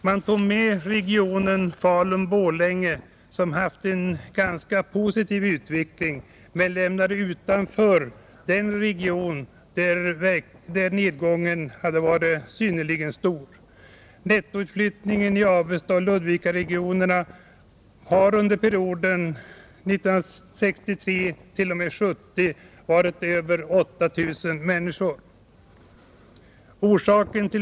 Man tog med regionen Falun-Borlänge, som haft en ganska positiv utveckling, men lämnade utanför de regioner där nedgången varit synnerligen stor. Nettoutflyttningen i Avestaoch Ludvikaregionerna har under perioden 1963-1970 varit över 8 000 personer.